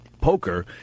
poker